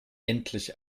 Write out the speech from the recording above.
endlich